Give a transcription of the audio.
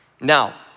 Now